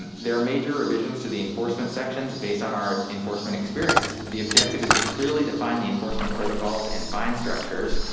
there are major revisions to the enforcement sections based on our enforcement experience. the objective is to clearly define the enforcement protocols and find structures.